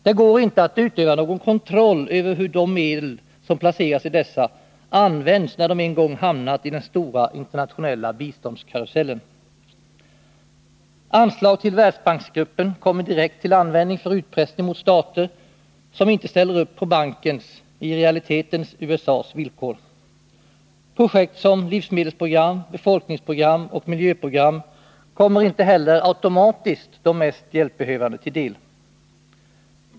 Det går inte att utöva någon kontroll över hur de medel, som placeras i dessa, används när de en gång hamnat i den stora internationella biståndskarusellen. Anslag till Världsbanksgruppen kommer direkt till användning för utpressning mot stater, som inte ställer upp på bankens, i realiteten USA:s, villkor. Projekt som livsmedelsprogram, befolkningsprogram och miljöprogram kommer inte heller automatiskt de mest hjälpbehövande till del.